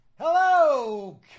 Hello